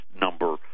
number